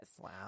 wow